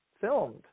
filmed